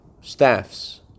staffs